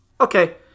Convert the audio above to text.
okay